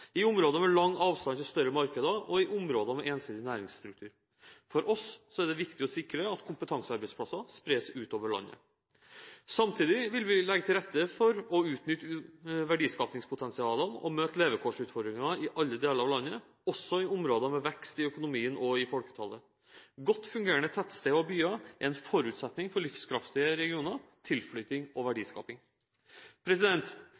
i områder med lang avstand til større markeder og i områder med ensidig næringsstruktur. For oss er det viktig å sikre at kompetansearbeidsplasser spres utover landet. Samtidig vil vi legge til rette for å utnytte verdiskapingspotensialene og møte levekårsutfordringene i alle deler av landet – også i områder med vekst i økonomien og folketallet. Godt fungerende tettsteder og byer er en forutsetning for livskraftige regioner, tilflytting og